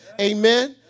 Amen